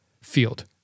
field